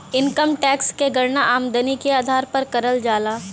income tax क गणना आमदनी के आधार पर करल जाला